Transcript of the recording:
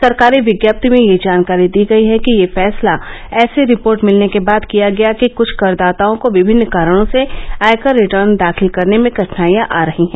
सरकारी विज्ञप्ति में ये जानकारी दी गई है कि यह फैसला ऐसी रिपोर्ट मिलने के बाद किया गया कि कुछ करदाताओं को विभिन्न कारणों से आयकर रिटर्न दाखिल करने में कठिनाइयां आ रही हैं